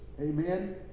Amen